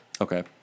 Okay